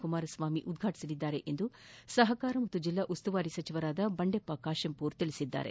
ಕುಮಾರಸ್ವಾಮಿ ಉದ್ಘಾಟಿಸಲಿದ್ದಾರೆ ಎಂದು ಸಪಕಾರ ಪಾಗೂ ಜಿಲ್ಲಾ ಉಸ್ತುವಾರಿ ಸಚಿವರಾದ ಬಂಡೆಪ್ಪ ಖಾಶೆಂಪೂರ ಹೇಳಿದ್ದಾರೆ